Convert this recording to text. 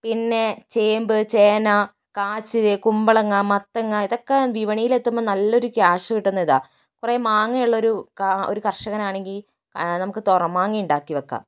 പിന്നെ ചേമ്പ് ചേന കാച്ചില് കുമ്പളങ്ങ മത്തങ്ങ ഇതൊക്കെ വിപണിയിൽ എത്തുമ്പോൾ നല്ലൊരു ക്യാഷ് കിട്ടുന്ന ഇതാ കുറെ മാങ്ങയുള്ള ഒരു ഒര് കർഷകനാണെങ്കിൽ നമുക്ക് തൊറ മാങ്ങി ഉണ്ടാക്കി വെക്കാം